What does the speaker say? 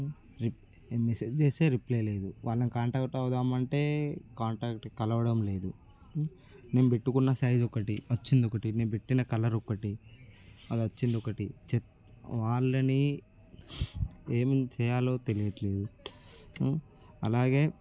రిప్ message చేస్తే లేదు వాళ్ళని కాంటాక్ట్ అవుదాం అంటే కాంటాక్ట్ కలవడం లేదు నేను పెట్టుకున్న సైజ్ ఒకటి వచ్చింది ఒకటి నేను పెట్టిన కలర్ ఒకటి అది వచ్చింది ఒకటి చెప్ వాళ్ళని ఏం చెయ్యాలో తెలియట్లేదు అలాగే